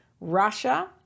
Russia